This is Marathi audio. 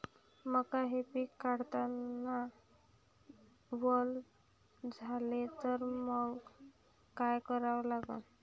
मका हे पिक काढतांना वल झाले तर मंग काय करावं लागन?